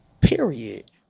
Period